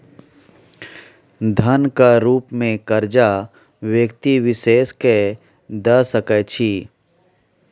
धनक रुप मे करजा व्यक्ति विशेष केँ द सकै छी